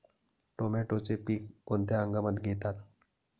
टोमॅटोचे पीक कोणत्या हंगामात घेतात?